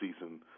season